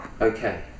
Okay